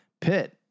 Pitt